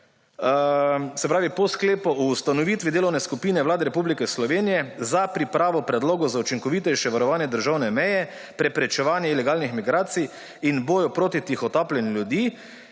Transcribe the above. Se pravi, po sklepu o ustanovitvi Delovne skupine Vlade Republike Slovenije za pripravo predlogov za učinkovitejše varovanje državne meje, preprečevanje ilegalnih migracij in boju proti tihotapljenju ljudi